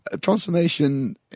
transformation